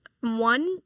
One